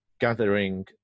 gathering